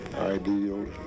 ideals